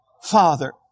Father